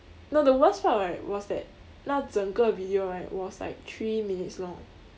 no the worst part right was that 那整个 video right was like three minutes long